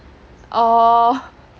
orh